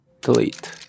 delete